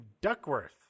Duckworth